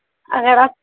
اگر آپ